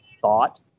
thought